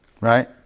Right